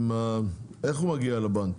איך הוא מגיע לבנק?